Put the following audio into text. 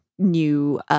new